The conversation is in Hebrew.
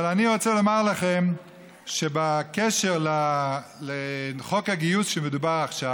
אבל אני רוצה לומר לכם שבקשר של חוק הגיוס שמדובר בו עכשיו,